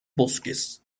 bosques